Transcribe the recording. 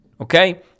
Okay